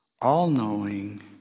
all-knowing